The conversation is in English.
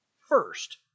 first